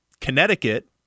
Connecticut